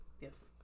Yes